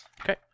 Okay